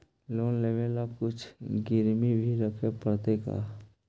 Loan लेबे ल कुछ गिरबी भी रखे पड़तै का?